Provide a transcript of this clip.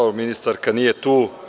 Ministarka nije tu.